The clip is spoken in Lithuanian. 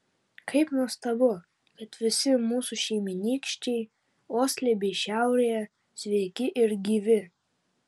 kaip nuostabu kad visi mūsų šeimynykščiai osle bei šiaurėje sveiki ir gyvi